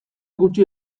gutxi